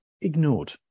ignored